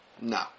No